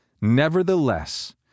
Nevertheless